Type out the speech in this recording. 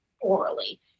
orally